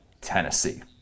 Tennessee